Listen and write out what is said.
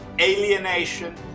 alienation